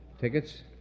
Tickets